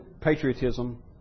patriotism